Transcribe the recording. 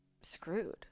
screwed